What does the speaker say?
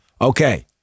Okay